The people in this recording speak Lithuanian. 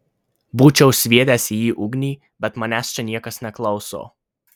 būčiau sviedęs jį į ugnį bet manęs čia niekas neklauso